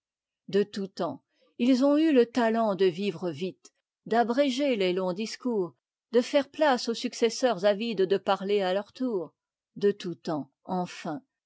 de tout temps i sont eu le talent de vivre vite d'abréger les longs discours de faire place aux successeurs avides de parler à leur tour detoùt'temps ennn